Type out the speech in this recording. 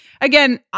Again